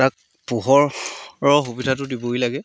তাক পোহৰৰ সুবিধাটো দিবই লাগে